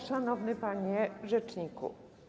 Szanowny Panie Rzeczniku!